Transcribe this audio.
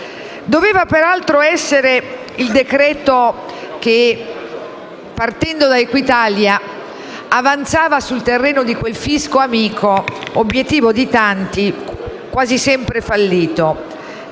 Doveva, peraltro, essere il decreto-legge che, partendo da Equitalia, avanzava sul terreno di quel fisco amico, obiettivo di tanti quasi sempre fallito.